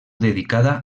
dedicada